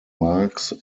marks